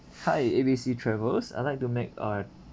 hi A B C travels I'd like to make a